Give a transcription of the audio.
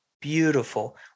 beautiful